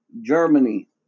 Germany